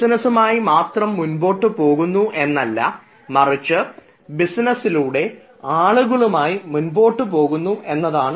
ബിസിനസുമായി മാത്രം മുന്നോട്ടു പോകുന്നു എന്നല്ല മറിച്ച് ബിസിനസിലൂടെ ആളുകളുമായി മുന്നോട്ട് പോകുന്നു എന്നതാണ്